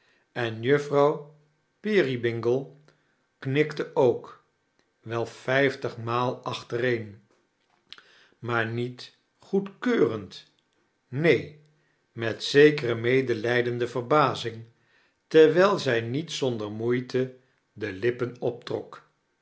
en juffrouw peerybingle knikte ook wel vijftdg maal achtereen maar niet goedkeurend neen met zekere medelijdende verbazing terwijl zij niet zonder moeite de lippen optrok